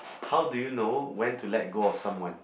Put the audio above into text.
how do you know when to let go of someone